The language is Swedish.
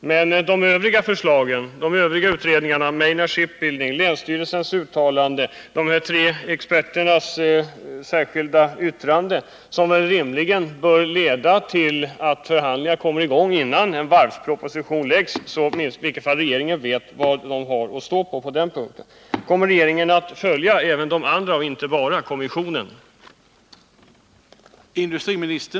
Men vad sker med de övriga förslagen från de andra utredningarna — Maynard Shipbuilding, länsstyrelsens uttalande och de tre experternas särskilda yttrande — som väl rimligen bör leda till att förhandlingar kommer i gång innan en varvspropostion framläggs, så att regeringen på den punkten åtminstone vet vad den har att följa. Kommer regeringen att följa även de andra förslagen och inte bara förslaget från kommissionen?